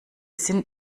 sind